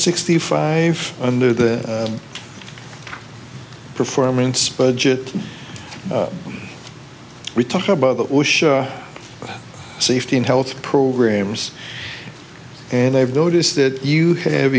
sixty five under the performance budget we talked about the safety and health programs and i've noticed that you have